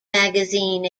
magazine